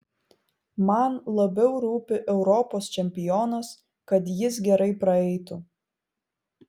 man labiau rūpi europos čempionas kad jis gerai praeitų